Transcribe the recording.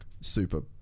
super